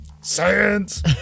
Science